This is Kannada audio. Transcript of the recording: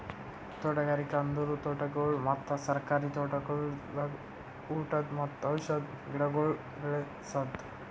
ತೋಟಗಾರಿಕೆ ಅಂದುರ್ ತೋಟಗೊಳ್ ಮತ್ತ ಸರ್ಕಾರಿ ತೋಟಗೊಳ್ದಾಗ್ ಊಟದ್ ಮತ್ತ ಔಷಧ್ ಗಿಡಗೊಳ್ ಬೆ ಳಸದ್